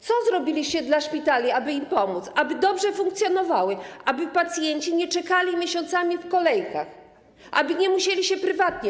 Co zrobiliście dla szpitali, aby im pomóc, aby dobrze funkcjonowały, aby pacjenci nie czekali miesiącami w kolejkach, aby nie musieli leczyć się prywatnie?